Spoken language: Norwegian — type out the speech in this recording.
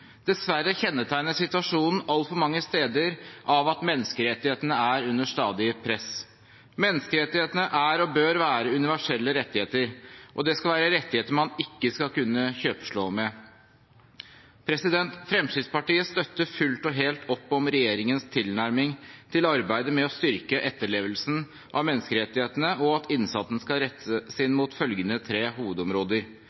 Dessverre kjennetegnes situasjonen altfor mange steder av at menneskerettighetene er under stadig press. Menneskerettighetene er og bør være universelle rettigheter, og det skal være rettigheter man ikke skal kunne kjøpslå med. Fremskrittspartiet støtter fullt og helt opp om regjeringens tilnærming til arbeidet med å styrke etterlevelsen av menneskerettighetene, og at innsatsen skal rettes inn mot følgende tre hovedområder: